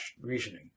reasoning